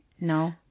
No